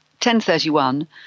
1031